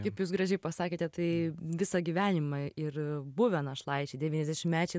kaip jūs gražiai pasakėte tai visą gyvenimą ir buvę našlaičiai devyniasdešimtmečiai